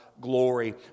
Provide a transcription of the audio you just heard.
glory